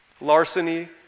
larceny